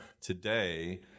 today